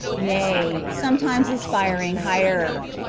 nay, sometimes aspiring higher.